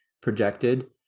projected